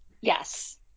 Yes